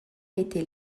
été